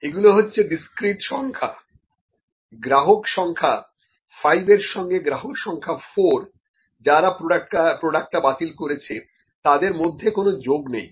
এগুলো হচ্ছে ডিসক্রিট সংখ্যা গ্রাহক সংখ্যা 5 এর সঙ্গে গ্রাহক সংখ্যা 4 যারা প্রডাক্টটা বাতিল করেছে তাদের মধ্যে কোনো যোগ নেই